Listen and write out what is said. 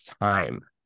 time